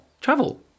travel